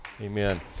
Amen